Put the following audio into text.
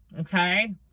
okay